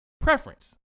preference